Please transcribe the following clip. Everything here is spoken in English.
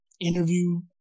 interview